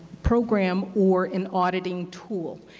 program or an auditing tool.